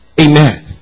Amen